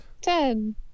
Ten